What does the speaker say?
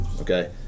Okay